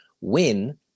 win